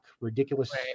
ridiculous